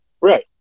Right